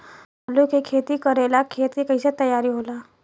आलू के खेती करेला खेत के कैसे तैयारी होला?